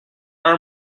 are